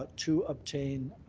but to obtain